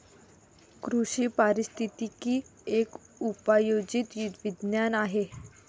कृषी पारिस्थितिकी एक उपयोजित विज्ञान आहे